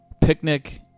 Picnic